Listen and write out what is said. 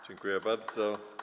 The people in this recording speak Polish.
Dziękuję bardzo.